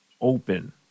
open